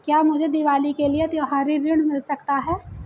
क्या मुझे दीवाली के लिए त्यौहारी ऋण मिल सकता है?